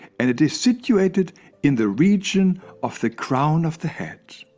and it is situated in the region of the crown of the head.